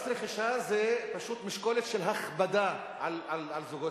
מס רכישה זה פשוט משקולת של הכבדה על זוגות